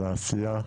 על העשייה,